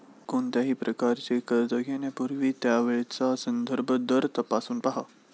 कोणत्याही प्रकारचे कर्ज घेण्यापूर्वी त्यावेळचा संदर्भ दर तपासून पहा